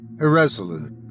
irresolute